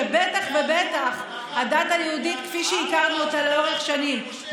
ובטח ובטח הדת היהודית כפי שהכרנו אותה לאורך שנים.